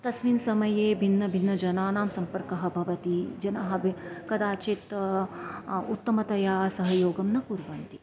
तस्मिन् समये भिन्नभिन्न जनानां सम्पर्कः भवति जनाः वि कदाचित् उत्तमतया सहयोगं न कुर्वन्ति